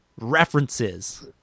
references